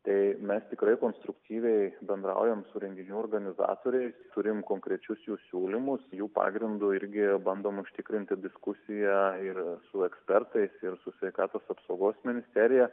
tai mes tikrai konstruktyviai bendraujam su renginių organizatoriais turim konkrečius jų siūlymus jų pagrindu irgi bandom užtikrinti diskusiją ir su ekspertais ir su sveikatos apsaugos ministerija